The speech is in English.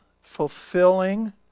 fulfilling